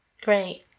Great